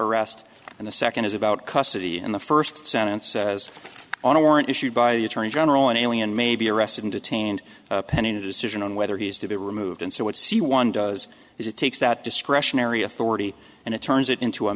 arrest and the second is about custody in the first sentence says on a warrant issued by the attorney general an alien may be arrested and detained pending a decision on whether he is to be removed and see what c one does is it takes that discretionary authority and it turns it into a